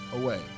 away